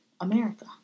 America